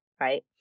right